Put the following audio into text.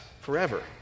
forever